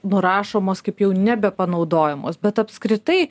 nurašomos kaip jau nebepanaudojamos bet apskritai